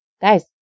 guys